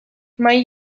mahai